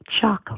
chocolate